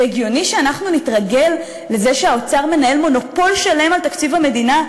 זה הגיוני שאנחנו נתרגל לזה שהאוצר מנהל מונופול שלם על תקציב המדינה,